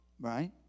Right